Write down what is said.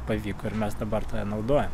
pavyko ir mes dabar tai naudojam